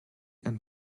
and